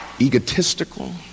egotistical